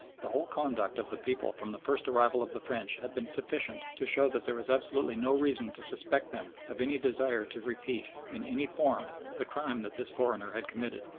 the whole conduct of the people from the first arrival of the french had been sufficient to show that there was absolutely no reason to suspect them of any desire to repeat, in any form, the crime that this foreigner had committed.